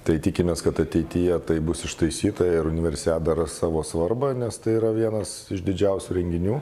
tai tikimės kad ateityje tai bus ištaisyta ir universiada ras savo svarbą nes tai yra vienas iš didžiausių renginių